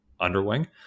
underwing